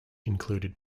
included